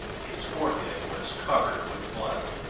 his forehead was covered with blood.